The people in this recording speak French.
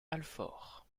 alfort